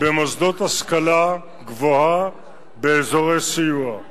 במוסדות להשכלה גבוהה באזורי סיוע.